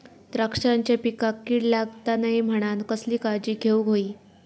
द्राक्षांच्या पिकांक कीड लागता नये म्हणान कसली काळजी घेऊक होई?